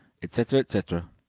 etc, etc,